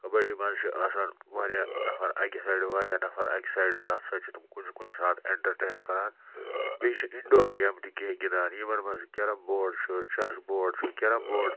کَبڈی منٛز چھِ آسان واریاہ نفر اَکہِ سایڈٕ واریاہ نفر اَکہِ سایڈٕ تَتھ سۭتۍ چھِ تم کُنہِ کُنہِ ساتہٕ اٮ۪نٹرٹین کَران بیٚیہِ چھِ اِنڈور گیمہٕ تہِ کینٛہہ گِںٛدان یِمَن منٛز کٮ۪رَم بوڑ چھُ چَس بوڑ چھُ کٮ۪رَم بوڑ